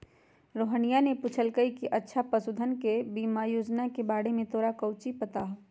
रोहिनीया ने पूछल कई कि अच्छा पशुधन बीमा योजना के बारे में तोरा काउची पता हाउ?